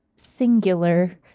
singular.